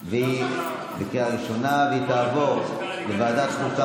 בקריאה ראשונה והיא תעבור לוועדת החוקה,